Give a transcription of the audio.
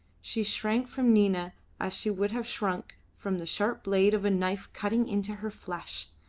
she shrank from nina as she would have shrunk from the sharp blade of a knife cutting into her flesh,